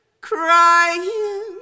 crying